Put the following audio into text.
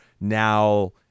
now